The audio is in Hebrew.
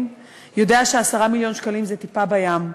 יודע ש-10 מיליון שקלים הם טיפה בים.